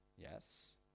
Yes